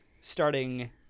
starting